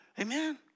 Amen